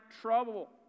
trouble